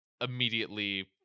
immediately